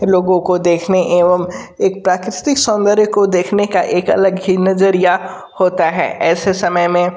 लोगों को देखने एवं एक प्राकृतिक सौन्दर्य को देखने का एक अलग ही नज़रिया होता है ऐसे समय में